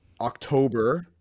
October